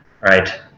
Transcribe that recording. right